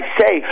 say